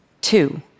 two